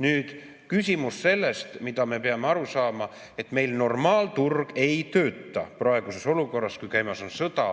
Nüüd, küsimus sellest, mida me peame aru saama, et meil normaalturg ei tööta praeguses olukorras, kui käimas on sõda.